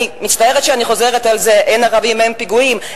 אני מצטערת שאני חוזרת על זה: אין ערבים אין פיגועים,